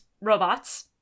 robots